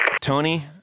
Tony